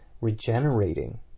regenerating